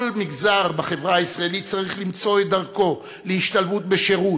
כל מגזר בחברה הישראלית צריך למצוא את דרכו להשתלבות בשירות,